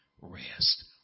rest